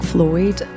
Floyd